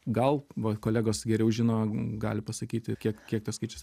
gal va kolegos geriau žino gali pasakyti kiek kiek tas skaičius